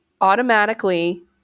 automatically